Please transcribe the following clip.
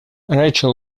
rachel